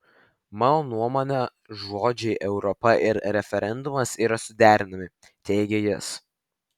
mano nuomone žodžiai europa ir referendumas yra suderinami teigė jis